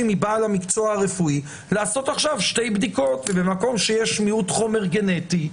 מבעל המקצוע הרפואי לעשות עכשיו שתי בדיקות במקום שיש מיעוט חומר גנטי.